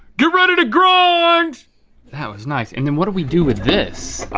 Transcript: get ready to grind! that was nice and then what do we do with this?